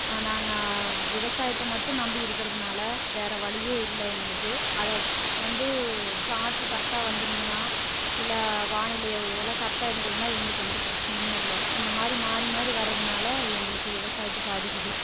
நாங்கள் விவசாயத்தை மட்டும் நம்பி இருக்கிறதுனால வேறு வழியே இல்லை எங்களுக்கு அதை வந்து காற்று கரெக்டாக வந்துருந்துதுனால் இல்லை வானிலை இதெலாம் கரெக்டாக இருந்துதுனால் எங்களுக்கு எந்த பிரச்சினையுமே இல்லை இந்தமாதிரி மாறி மாறி வரதுனால் எங்களுக்கு விவசாயத்தை பாதிக்குது